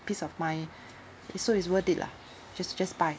peace of mind it so it's worth it lah just just buy